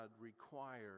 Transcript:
require